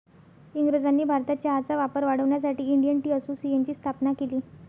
इंग्रजांनी भारतात चहाचा वापर वाढवण्यासाठी इंडियन टी असोसिएशनची स्थापना केली